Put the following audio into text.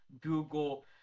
google